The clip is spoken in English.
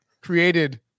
created